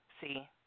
See